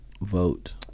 Vote